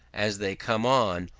as they come on,